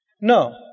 No